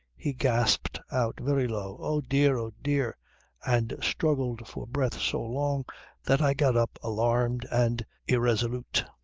he gasped out very low oh! dear! oh! dear and struggled for breath so long that i got up alarmed and irresolute.